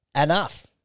enough